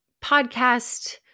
podcast